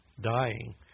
dying